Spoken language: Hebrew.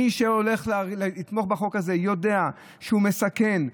מי שהולך לתמוך בחוק הזה יודע שהוא מסכן.